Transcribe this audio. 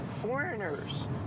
foreigners